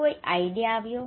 કોઈ idea idea વિચાર આવ્યો